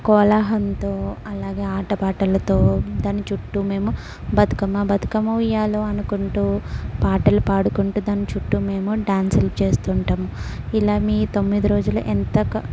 కోలాహంతో అలాగే ఆటపాటలతో దాని చుట్టూ మేము బతుకమ్మ బతుకమ్మ ఉయ్యాలో అనుకుంటూ పాటలు పాడుకుంటూ దాన్ని చుట్టూ మేము డాన్సులు చేస్తుంటాం ఇలా మీ తొమ్మిది రోజులు ఎంతకు